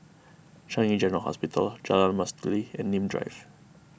Changi General Hospital Jalan Mastuli and Nim Drive